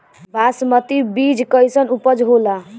बासमती बीज कईसन उपज होला?